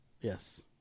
yes